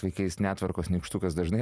vaikais netvarkos nykštukas dažnai